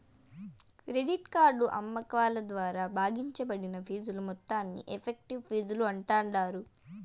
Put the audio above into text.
credit card అమ్మకాల ద్వారా భాగించబడిన ఫీజుల మొత్తాన్ని ఎఫెక్టివ్ ఫీజులు అంటాండారు